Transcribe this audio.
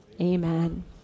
Amen